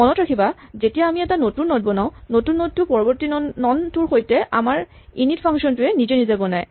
মনত ৰাখিবা যেতিয়া আমি এটা নতুন নড বনাওঁ নতুন নড টো পৰৱৰ্তী নন টোৰ সৈতে আমাৰ ইনিট ফাংচন টোৱে নিজে নিজে বনায়